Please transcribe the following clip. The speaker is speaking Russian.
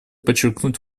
подчеркнуть